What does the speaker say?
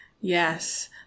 yes